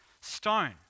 stone